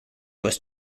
was